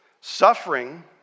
Suffering